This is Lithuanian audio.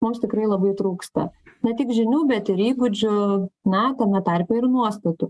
mums tikrai labai trūksta ne tik žinių bet ir įgūdžių na tame tarpe ir nuostatų